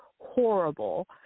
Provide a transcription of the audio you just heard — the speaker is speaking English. horrible